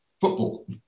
football